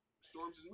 Storm's